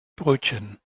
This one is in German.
brötchen